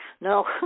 No